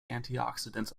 antioxidants